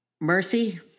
Mercy